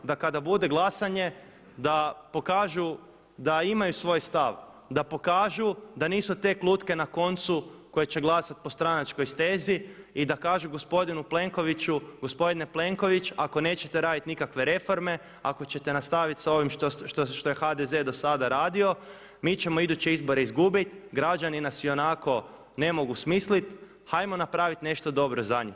Da kada bude glasanje da pokažu da imaju svoj stav, da pokažu da nisu tek lutke na koncu koje će glasati po stranačkoj stezi i da kažu gospodinu Plenkoviću gospodine Plenković ako nećete raditi nikakve reforme, ako ćete nastaviti s ovim što je HDZ dosada radio mi ćemo iduće izbore izgubiti, građani nas ionako ne mogu smisliti, hajmo napraviti nešto drugo za njih.